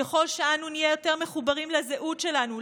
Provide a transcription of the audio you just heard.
ככל שאנו נהיה יותר מחוברים לזהות שלנו,